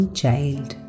child